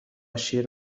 شیر